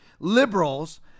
liberals